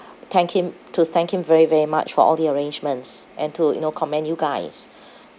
thank him to thank him very very much for all the arrangements and to you know commend you guys